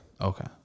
okay